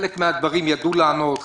על חלק מן הדברים ידעו לענות,